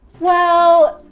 well,